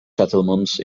settlements